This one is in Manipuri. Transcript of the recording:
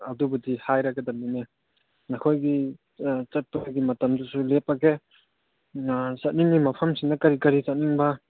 ꯑꯗꯨꯕꯨꯗꯤ ꯍꯥꯏꯔꯒꯗꯃꯤꯅꯦ ꯅꯈꯣꯏꯒꯤ ꯆꯠꯄꯒꯤ ꯃꯇꯝꯗꯨꯁꯨ ꯂꯦꯞꯄꯁꯦ ꯆꯠꯅꯤꯡꯉꯤ ꯃꯐꯝꯁꯤꯅ ꯀꯔꯤ ꯀꯔꯤ ꯆꯠꯅꯤꯡꯕ